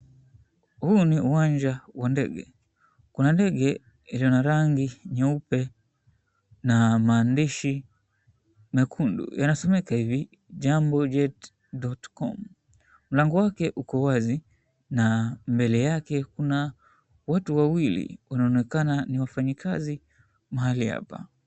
Huu ni uwanja wa ndege kuna ndege iliyo na rangi nyeupe na maandishi mekundu yanayosomeka hivi, Jambojet.com. Mlango wake uko wazi na mbele yake kuna watu wawili wanaonekana ni wafanyikazi mahali hapa.